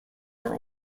are